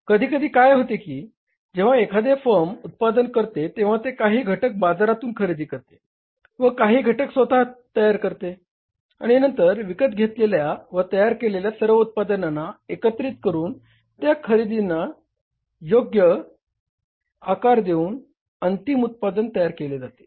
कधीकधी काय होते की जेव्हा एखादे फर्म उत्पादन करते तेव्हा ते काही घटक बाजारातून खरेदी करते व काही घटक स्वतः तयार करते आणि नंतर विकत घेतलेल्या व तयार केलेल्या सर्व उत्पादनांना एकत्रित करून त्या उत्पादनांना योग्य आकार देऊन अंतिम उत्पादन तयार केले जाते